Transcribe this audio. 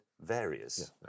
various